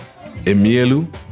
Emielu